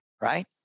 right